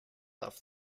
off